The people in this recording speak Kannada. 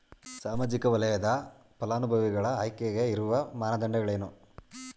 ಸಾಮಾಜಿಕ ವಲಯದ ಫಲಾನುಭವಿಗಳ ಆಯ್ಕೆಗೆ ಇರುವ ಮಾನದಂಡಗಳೇನು?